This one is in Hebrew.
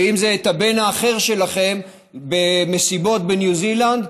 ואם זה הבן השני שלכם במסיבות בני זילנד.